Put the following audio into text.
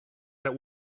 that